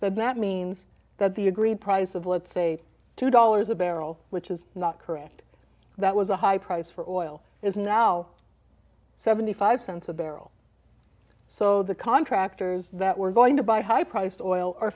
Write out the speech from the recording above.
that that means that the agreed price of let's say two dollars a barrel which is not correct that was a high price for oil is now seventy five cents a barrel so the contractors that were going to buy high priced oil